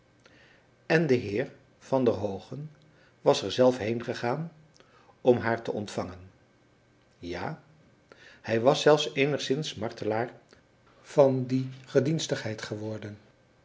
en de heer van der hoogen was er zelf heengegaan om haar te ontvangen ja hij was zelfs eenigszins martelaar van die gedienstigheid geworden